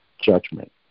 judgment